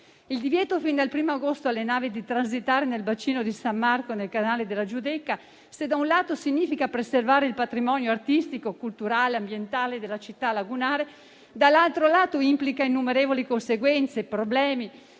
Il divieto - fin dal primo agosto - alle navi di transitare nel bacino di San Marco e nel canale della Giudecca se da un lato preserva il patrimonio artistico, culturale e ambientale della città lagunare, dall'altro lato implica innumerevoli conseguenze, problemi,